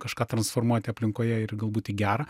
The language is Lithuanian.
kažką transformuoti aplinkoje ir galbūt į gera